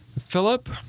Philip